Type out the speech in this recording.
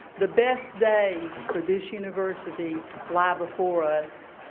the best days for this university lie before us.